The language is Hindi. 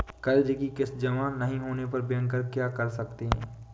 कर्ज कि किश्त जमा नहीं होने पर बैंकर क्या कर सकते हैं?